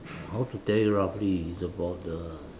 how to tell you roughly is about the